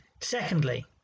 Secondly